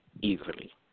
easily